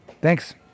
Thanks